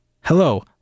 hello